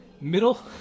middle